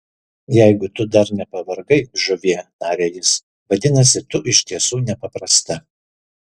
jeigu tu dar nepavargai žuvie tarė jis vadinasi tu iš tiesų nepaprasta